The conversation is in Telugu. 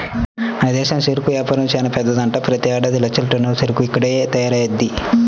మన దేశంలో చెరుకు వ్యాపారం చానా పెద్దదంట, ప్రతేడాది లక్షల టన్నుల చెరుకు ఇక్కడ్నే తయారయ్యిద్ది